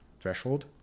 threshold